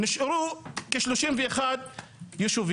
נשארו כ-31 ישובים.